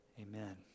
Amen